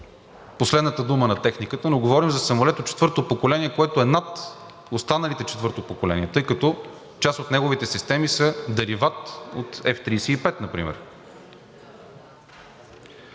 последната дума на техниката, но говорим за самолет от четвърто поколение, което е над останалите четвърто поколение, тъй като част от неговите системи са дериват от F-35 например.